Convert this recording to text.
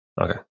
Okay